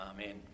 Amen